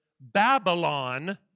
Babylon